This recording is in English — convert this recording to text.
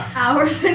hours